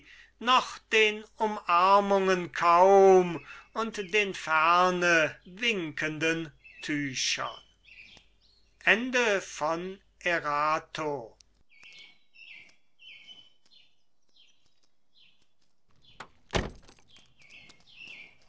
noch den umarmungen kaum und den ferne winkenden tüchern